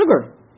sugar